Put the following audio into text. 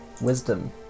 Wisdom